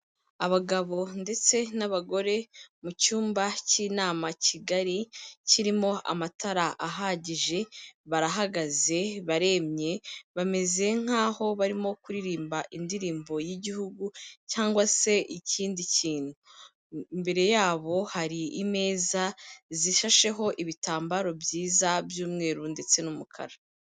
Abagabo ndetse n'abagore mu cyumba cy'inama kigari, kirimo amatara ahagije, barahagaze, baremye, bameze nk'aho barimo kuririmba indirimbo y'igihugu cyangwa se ikindi kintu. Imbere yabo hari imeza zishasheho ibitambaro byiza by'umweru ndetse n'umukara